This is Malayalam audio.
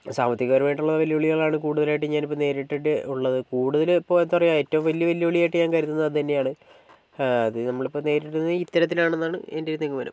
സാമ്പത്തികപരമായിട്ടുള്ള വെല്ലുവിളികളാണ് കൂടുതലായിട്ട് ഞാനിപ്പോൾ നേരിട്ടിട്ടുള്ളത് കൂടുതൽ ഇപ്പോൾ എന്താണ് പറയുക ഏറ്റവും വലിയ വെല്ലുവിളിയായിട്ട് ഞാൻ കരുതുന്നത് അത് തന്നെയാണ് അത് നമ്മൾ നേരിടുന്നത് ഇത്തരത്തിലാണെന്നാണ് എൻറെ ഒരു നിഗമനം